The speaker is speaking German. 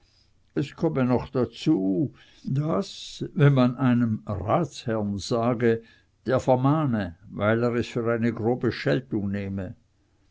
es komme noch dazu daß wenn man einem ratsherr sage der vermahne weil er es für eine grobe scheltung nehme